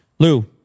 Lou